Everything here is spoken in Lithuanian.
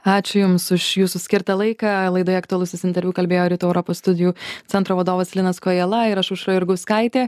ačiū jums už jūsų skirtą laiką laidoje aktualusis interviu kalbėjo rytų europos studijų centro vadovas linas kojala ir aš aušra jurgauskaitė